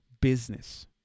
business